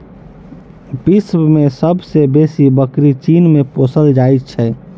विश्व मे सब सॅ बेसी बकरी चीन मे पोसल जाइत छै